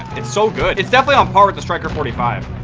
it's so good. it's definitely on par at the stryker forty five